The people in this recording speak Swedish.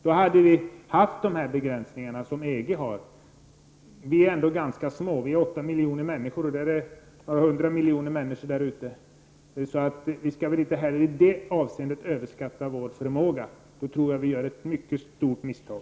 Då hade vi haft de begränsningar som EG har. Vi är ganska små. I vårt land bor 8 miljoner människor, medan EG omfattar 100 miljoner människor. Vi skall inte heller i det avseendet överskatta vår förmåga. Då tror jag att vi gör ett mycket stort misstag.